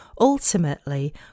ultimately